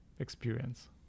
experience